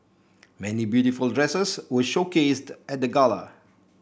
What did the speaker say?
many beautiful dresses were showcased at the gala